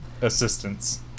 assistance